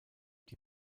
die